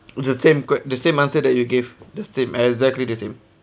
the same ques~ the same answer that you gave the same exactly the same